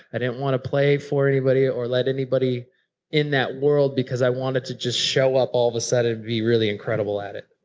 i didn't want to play for anybody or let anybody in that world, because i wanted to just show up all of a sudden and be really incredible at it.